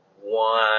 one